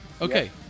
Okay